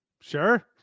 Sure